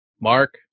Mark